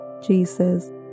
Jesus